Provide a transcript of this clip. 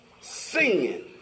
singing